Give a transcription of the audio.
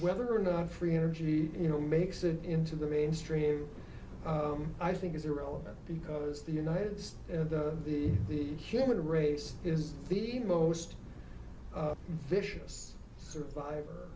whether enough free energy you know makes it into the mainstream i think is irrelevant because the united states and the the the human race is the most vicious survivor